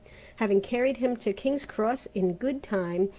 having carried him to king's cross in good time,